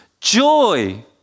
joy